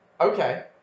Okay